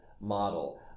model